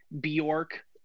bjork